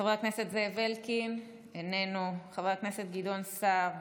חבר הכנסת זאב אלקין, איננו, חבר הכנסת גדעון סער,